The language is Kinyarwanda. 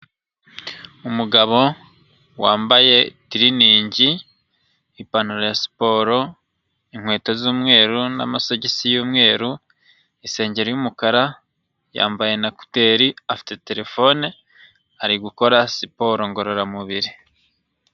Umugabo wambaye tiriningi, ipantaro ya siporo, inkweto z'umweru n'amasogisi y'umweru, insengeri y'umukara yambaye na kuteri, afite terefone ari gukora siporo ngororamubiri.